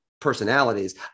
personalities